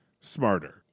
smarter